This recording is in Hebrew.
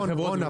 רון,